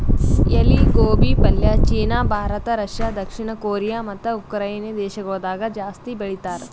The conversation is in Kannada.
ಎಲಿ ಗೋಬಿ ಪಲ್ಯ ಚೀನಾ, ಭಾರತ, ರಷ್ಯಾ, ದಕ್ಷಿಣ ಕೊರಿಯಾ ಮತ್ತ ಉಕರೈನೆ ದೇಶಗೊಳ್ದಾಗ್ ಜಾಸ್ತಿ ಬೆಳಿತಾರ್